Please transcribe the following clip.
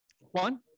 One